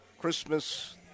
Christmas